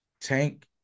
Tank